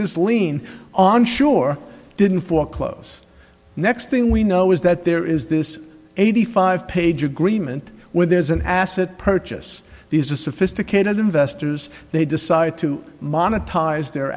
this lien on sure didn't foreclose next thing we know is that there is this eighty five page agreement where there's an asset purchase these are sophisticated investors they decide to monetize their